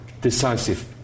decisive